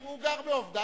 הוא גר בעבדת.